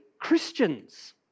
Christians